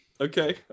Okay